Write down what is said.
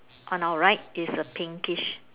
on our right is a pinkish